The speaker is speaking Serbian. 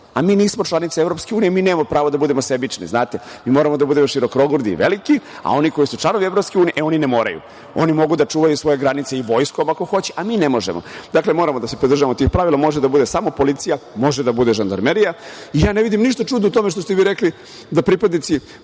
Mi nismo članice EU, mi nemamo pravo da budemo sebični. Mi moramo da budemo širokogrudi, veliki, a oni koji su članovi EU, e oni ne moraju, oni mogu da čuvaju svoje granice i vojskom ako hoće, a mi ne možemo. Dakle, moramo da se pridržavamo tih pravila. Može da bude samo policija, može da bude žandarmerija. Ja ne vidim ništa čudno u tome što ste vi rekli da pripadnici